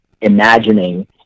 imagining